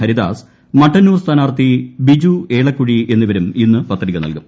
ഹരിദാസ് മട്ടന്നൂർ സ്ഥാനാർത്ഥി ബിജു ഏളക്കുഴി എന്നിവരും ഇന്ന് പത്രിക നൽകും